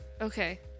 okay